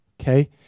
Okay